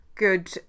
good